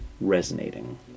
resonating